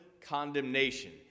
condemnation